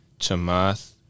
Chamath